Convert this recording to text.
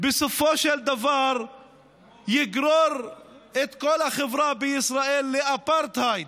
בסופו של דבר יגרור את כל החברה בישראל לאפרטהייד,